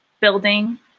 building